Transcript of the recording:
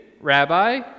rabbi